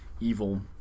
evil